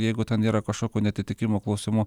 jeigu ten yra kažkokių neatitikimų klausimų